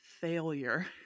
failure